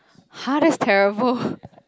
!hah! that's terrible